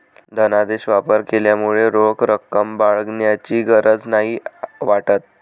धनादेश वापर केल्यामुळे रोख रक्कम बाळगण्याची गरज नाही वाटत